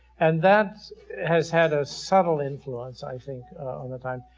and that has had a subtle influence i think on the time.